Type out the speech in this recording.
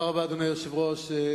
אדוני היושב-ראש,